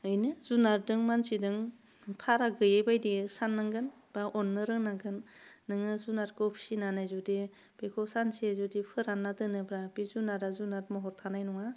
इनो जुनादजों मानसिजों फाराग गैयै बायदि सान्नांगोन बा अन्नो रोंनांगोन नोङो जुनादखौ फिनानै जुदि बेखौ सानसे जुदि फोरान्ना दोनोब्ला बे जुनादआ जुनाद महर थानाय नङा